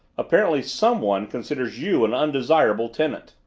apparently someone considers you an undesirable tenant!